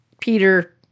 Peter